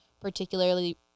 particularly